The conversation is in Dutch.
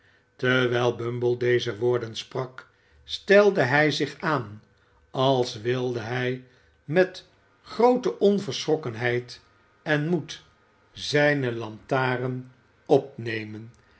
terwijl bumble deze woorden sprak stelde hij zich aan als wilde hij met groote onverschrokkenheid en moed zijne lantaren opnemen